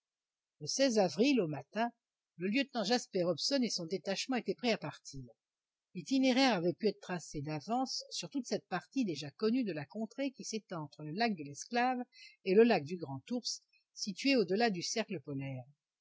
le avril au matin le lieutenant jasper hobson et son détachement étaient prêts à partir l'itinéraire avait pu être tracé d'avance sur toute cette partie déjà connue de la contrée qui s'étend entre le lac de l'esclave et le lac du grand ours situé au-delà du cercle polaire